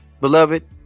beloved